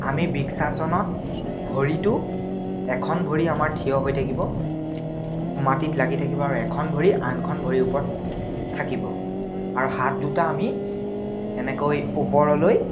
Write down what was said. আমি বৃক্ষাসনত ভৰিটো এখন ভৰি আমাৰ থিয় হৈ থাকিব মাটিত লাগি থাকিব আৰু এখন ভৰি আনখন ভৰিৰ ওপৰত থাকিব আৰু হাত দুটা আমি এনেকৈ ওপৰলৈ